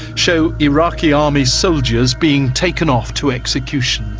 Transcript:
show iraqi army soldiers being taken off to execution.